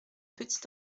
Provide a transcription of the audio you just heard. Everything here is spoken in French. petit